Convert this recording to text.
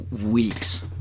weeks